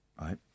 right